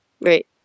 Right